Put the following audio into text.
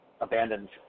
abandoned